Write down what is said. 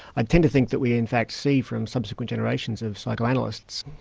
i tend to think that we in fact see from subsequent generations of psychoanalysts,